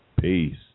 Peace